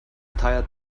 tired